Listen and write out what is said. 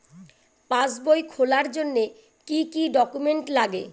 পাসবই খোলার জন্য কি কি ডকুমেন্টস লাগে?